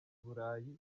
burayi